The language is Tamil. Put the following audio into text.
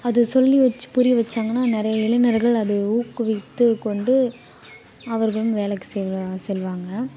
அது சொல்லிவச்சு புரியவச்சாங்கனா நிறைய இளைஞர்கள் அது ஊக்குவித்துக் கொண்டு அவர்களும் வேலைக்குச் செல்வா செல்வாங்கள்